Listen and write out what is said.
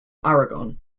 aragon